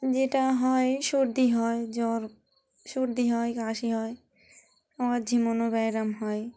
যেটা হয় সর্দি হয় জ্বর সর্দি হয় কাশি হয় আবার ঝিমনো ব্যারাম হয়